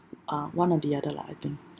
ah one or the other lah I think